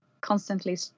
constantly